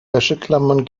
wäscheklammern